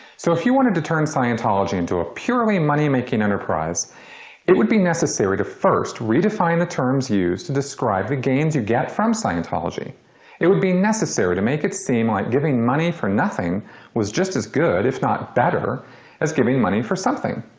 so if you wanted to turn scientology into a purely money-making enterprise it would be necessary to first redefine the terms used to describe the gains you get from scientology it would be necessary to make it seem like giving money for nothing was just as good if not better as if giving money for something.